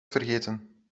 vergeten